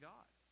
God